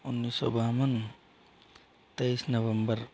उन्नीस सौ बावन तेईस नवंबर